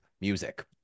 music